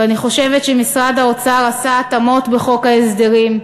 ואני חושבת שמשרד האוצר עשה התאמות בחוק ההסדרים,